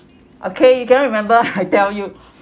okay you cannot remember I tell you